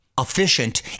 efficient